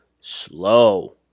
slow